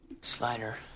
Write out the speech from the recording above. Slider